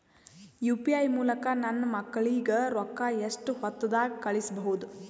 UPI ಮೂಲಕ ನನ್ನ ಮಕ್ಕಳಿಗ ರೊಕ್ಕ ಎಷ್ಟ ಹೊತ್ತದಾಗ ಕಳಸಬಹುದು?